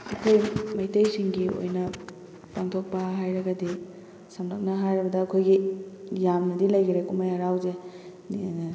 ꯑꯩꯈꯣꯏ ꯃꯩꯇꯩꯁꯤꯡꯒꯤ ꯑꯣꯏꯅ ꯄꯥꯡꯊꯣꯛꯄ ꯍꯥꯏꯔꯒꯗꯤ ꯁꯝꯂꯞꯅ ꯍꯥꯏꯔꯕꯗ ꯑꯩꯈꯣꯏꯒꯤ ꯌꯥꯝꯅꯗꯤ ꯂꯩꯈ꯭ꯔꯦ ꯀꯨꯝꯖꯩ ꯍꯔꯥꯎꯁꯦ